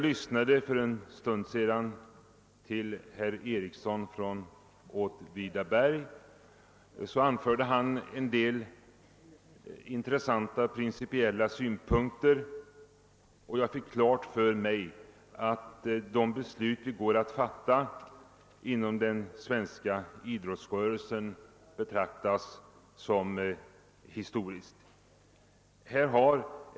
Herr Ericsson i Åtvidaberg anförde för en stund sedan intressanta principiella synpunkter, och jag fick klart för mig att det beslut, som vi här går att fatta, inom den svenska idrottsrörelsen betraktas som historiskt.